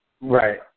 Right